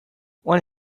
when